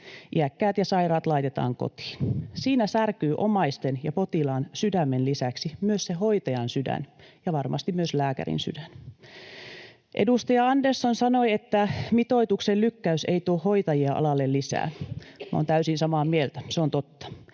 Iäkkäät ja sairaat laitetaan kotiin. Siinä särkyy omaisten ja potilaan sydämen lisäksi myös se hoitajan sydän ja varmasti myös lääkärin sydän. Edustaja Andersson sanoi, että mitoituksen lykkäys ei tuo hoitajia alalle lisää. Olen täysin samaa mieltä, se on totta.